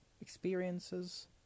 experiences